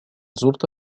زرت